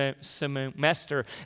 semester